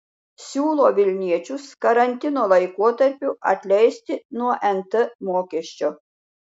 siūlo vilniečius karantino laikotarpiu atleisti nuo nt mokesčio